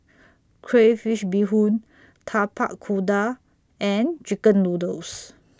Crayfish Beehoon Tapak Kuda and Chicken Noodles